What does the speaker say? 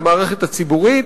במערכת הציבורית,